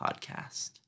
podcast